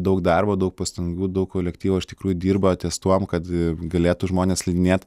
daug darbo daug pastangų daug kolektyvo iš tikrųjų dirba ties tuom kad galėtų žmonės slidinėt